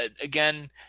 Again